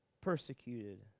persecuted